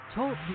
Talk